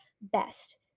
best